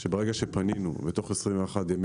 ביקשנו שברגע שאנחנו פונים ותוך 21 ימי